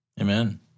Amen